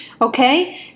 Okay